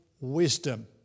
wisdom